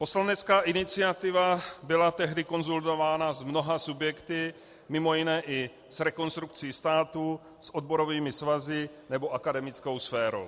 Poslanecká iniciativa byla tehdy konzultována s mnoha subjekty, mimo jiné i s Rekonstrukcí státu, s odborovými svazy nebo akademickou sférou.